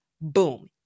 Boom